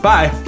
Bye